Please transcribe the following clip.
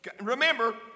Remember